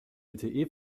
lte